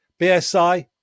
bsi